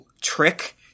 trick